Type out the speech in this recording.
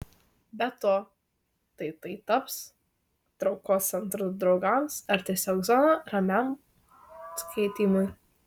be to tai tai taps traukos centru draugams ar tiesiog zona ramiam skaitymui